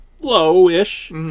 low-ish